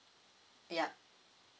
yup